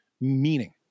meaning